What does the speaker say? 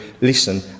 listen